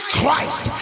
christ